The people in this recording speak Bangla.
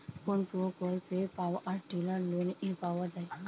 কোন প্রকল্পে পাওয়ার টিলার লোনে পাওয়া য়ায়?